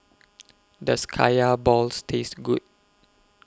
Does Kaya Balls Taste Good